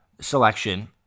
selection